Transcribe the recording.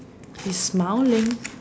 he's smiling